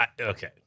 Okay